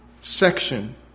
section